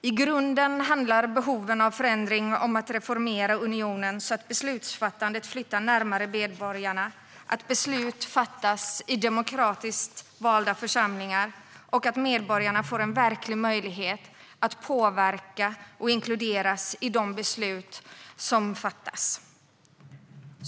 I grunden handlar behoven av förändring om att reformera unionen så att beslutsfattandet flyttar närmare medborgarna, att beslut fattas i demokratiskt valda församlingar och att medborgarna får en verklig möjlighet att påverka och inkluderas i de beslut som fattas.